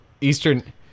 Eastern